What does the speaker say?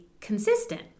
consistent